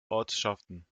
ortschaften